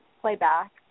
playback